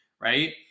right